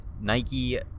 Nike